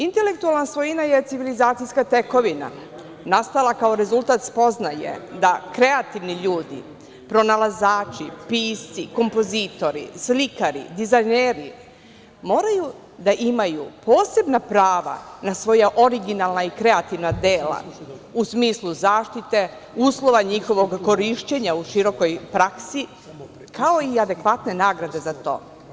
Intelektualna svojina je civilizacijska tekovina, nastala kao rezultat spoznaje da kreativni ljudi, pronalazači, pisci, kompozitori, slikari, dizajneri moraju da imaju posebna prava na svoja originalna i kreativna dela, u smislu zaštite uslova njihovog korišćenja u širokoj praksi, kao i adekvatne nagrade za to.